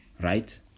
right